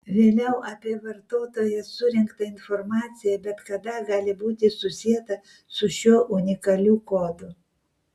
vėliau apie vartotoją surinkta informacija bet kada gali būti susieta su šiuo unikaliu kodu